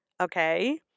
okay